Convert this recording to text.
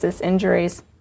injuries